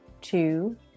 two